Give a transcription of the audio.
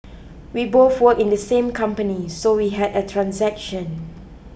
we both work in the same company so we had a transaction